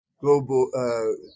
global